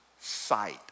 sight